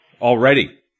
Already